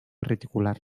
reticular